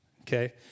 Okay